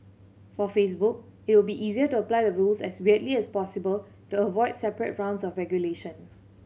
for Facebook it will be easier to apply the rules as widely as possible to avoid separate rounds of regulation